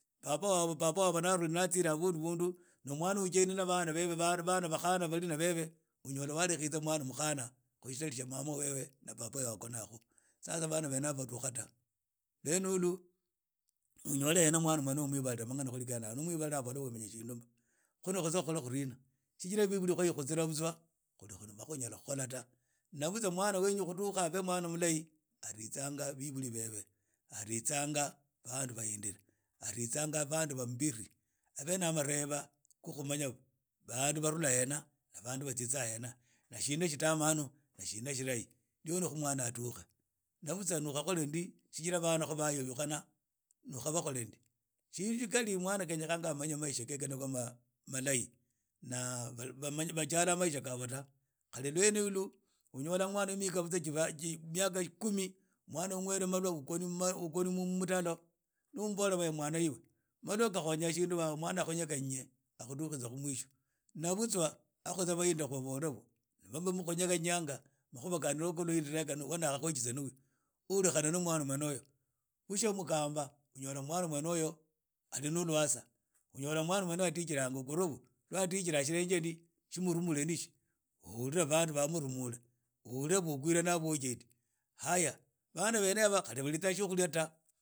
Baba wabo narhuli natsitsa habundu na mwana wene ni ujendi na bana barina bebe unyola nu mukhana khu tsidari tsya mama wewe na baba wewe bakhona khu na uyole mwana mwene uyu hena umwibale khu mangana khene yakha khu nakhukhole khu lina tsijira biburi khwayikhutsira butswa khuli sa khunyala khu khola ta na butsa mwana khudukha abe mwana mulahi aritsanga abebuli bebe atitsa bandu bahindira aritsanga bandu bamubiri abene yaba nibo ba arhebea bandu barhula hen ana bana batsitsa hena na shina shitamanu na shina tsilahi ndio khu mwana adukha na butsa khu ni ukhakhole ndina chijira khu banak hu bayuyukhana ni ukabakhole ndi shi ligeri mwana khenya amaye maisha khekhe khabe malahi naa bamanyi bajala maisha khabo ta khali lwene yilu uyola mwana we mihikha tsa miaka ikumi umwele malwa ukhone mumutalo ni umbola mwana iwe malwa khakhonya shindu ta mba mwana akhunyekhane akhutukiza khu mwisho na butswa akhutsa na akhunyekhany`anga ma`khuba ulekhana na mwna mwene uyu vusha mukhamba unyola mwana mwene uyu ali na lwasa unyola mwana mwene oyu adijira ahula bandi barhumule uhula ukwire na bo ujendi hayaa bana bene haba khali baritsa tsyokhulia ta.